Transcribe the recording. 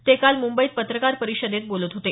ते काल मुंबईत पत्रकार परिषदेत बोलत होते